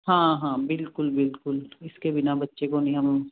ਹਾਂ ਹਾਂ ਬਿਲਕੁਲ ਬਿਲਕੁਲ ਇਸ ਕੇ ਬਿਨਾ ਬੱਚੇ ਕੋ ਨੀ ਹਮ